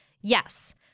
Yes